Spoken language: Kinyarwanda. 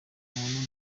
umuntu